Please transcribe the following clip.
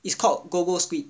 is called go go speed